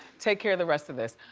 take care of the rest of this.